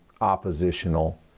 oppositional